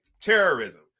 terrorism